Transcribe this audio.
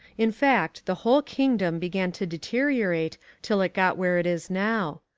in fact the whole kingdom began to deteriorate till it got where it is now.